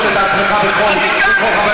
ומרשה לעצמו את מה שאתה מרשה.